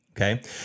okay